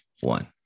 one